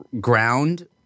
ground